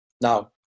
now